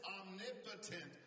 omnipotent